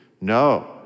No